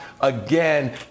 again